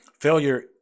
Failure